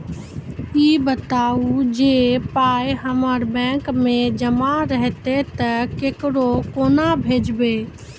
ई बताऊ जे पाय हमर बैंक मे जमा रहतै तऽ ककरो कूना भेजबै?